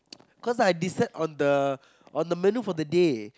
cause I decide on the on the menu for the day